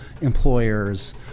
employers